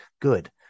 good